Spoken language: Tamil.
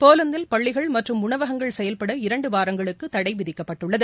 போலந்தில் பள்ளிகள் மற்றும் உணவகங்கள் செயல்பட இரண்டு வாரங்களுக்கு தளட விதிக்கப்பட்டுள்ளது